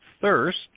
thirst